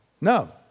No